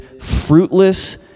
fruitless